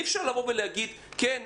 אי אפשר להגיד: כן,